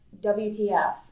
WTF